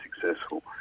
successful